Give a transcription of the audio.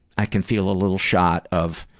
i can feel a little shot of